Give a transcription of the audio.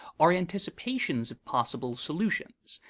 are anticipations of possible solutions.